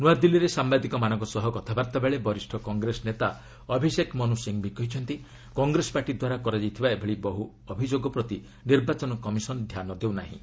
ନୃଆଦିଲ୍ଲୀରେ ସାମ୍ବାଦିକମାନଙ୍କ ସହ କଥାବାର୍ତ୍ତା ବେଳେ ବରିଷ୍ଠ କଂଗ୍ରେସ ନେତା ଅଭିଷେକ ମନୁ ସିଂଘଭି କହିଛନ୍ତି କଂଗ୍ରେସ ପାର୍ଟି ଦ୍ୱାରା କରାଯାଇଥିବା ଏଭଳି ବହୁ ଅଭିଯୋଗ ପ୍ରତି ନିର୍ବାଚନ କମିଶନ୍ ଧ୍ୟାନ ଦେଉନାହିଁ